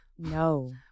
No